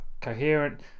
coherent